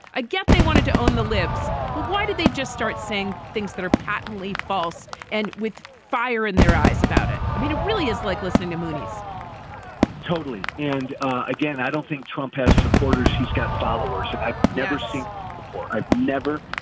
i guess they wanted to own the libs. but why did they just start saying things that are patently false and with fire in their eyes about it? i mean, it really is like listening to moonies totally and again, i don't think trump has supporters. she's got followers. and i've never seen before. i've never,